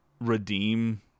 redeem